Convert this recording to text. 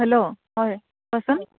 hello হয় কোৱাচোন